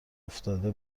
افتاده